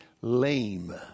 lame